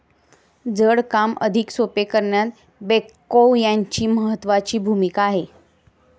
जड काम अधिक सोपे करण्यात बेक्हो यांची महत्त्वाची भूमिका आहे